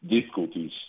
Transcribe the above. difficulties